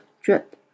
drip